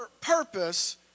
purpose